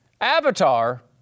Avatar